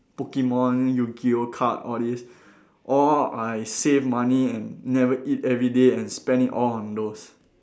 Pokemon Yu-Gi-Oh card all these all I save money and never eat everyday and spent it all on those